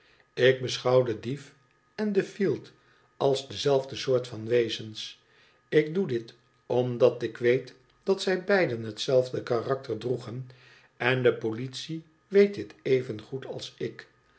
ik beschouw den dief en den fielt als dezelfde soort van wezens ik doe dit omdat ik weet dat zij beiden hetzelfde karakter droegen en de politie weet dit evengoed als ik